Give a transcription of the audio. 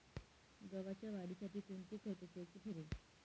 गव्हाच्या वाढीसाठी कोणते खत उपयुक्त ठरेल?